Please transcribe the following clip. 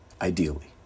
ideally